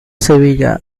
sevilla